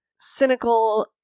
cynical